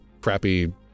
crappy